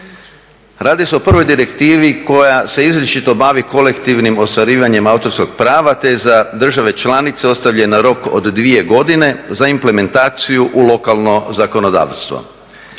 Radi se o prvoj direktivi koja se izričito bavi kolektivnim ostvarivanjem autorskog prava te je za države članice ostavljen rok od 2 godine za implementaciju u lokalno zakonodavstvo.